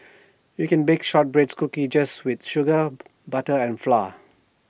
you can bake Shortbread Cookies just with sugar butter and flour